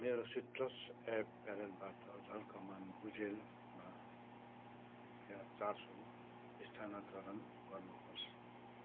मेरो citrus app प्यारलबाट झलकमान भुजेलमा रुपियाँ चार सय स्थानान्तरण गर्नुहोस्